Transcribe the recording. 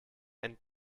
and